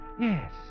Yes